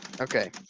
Okay